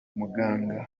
muganga